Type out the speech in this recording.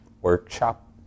workshop